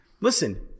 listen